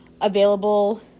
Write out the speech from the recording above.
available